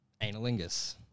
analingus